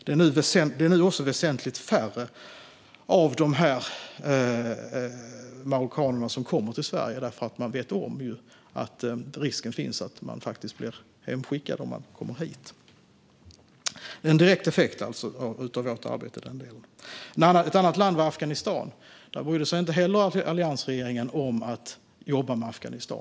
Det är nu också väsentligt färre marockaner som kommer till Sverige, för man vet att det finns risk för att bli hemskickad om man kommer hit. Detta är alltså en direkt effekt av vårt arbete i den delen. Ett annat land var Afghanistan. Alliansregeringen brydde sig inte om att jobba med Afghanistan.